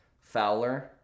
Fowler